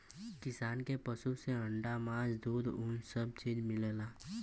किसान के पसु से अंडा मास दूध उन सब चीज मिलला